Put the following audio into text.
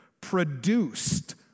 produced